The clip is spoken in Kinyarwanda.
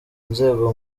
nzego